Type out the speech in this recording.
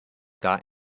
got